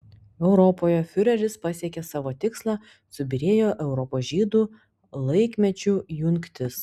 europoje fiureris pasiekė savo tikslą subyrėjo europos žydų laikmečių jungtis